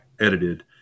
edited